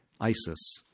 ISIS